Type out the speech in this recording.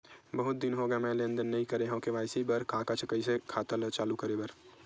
बहुत दिन हो गए मैं लेनदेन नई करे हाव के.वाई.सी बर का का कइसे खाता ला चालू करेबर?